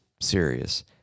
serious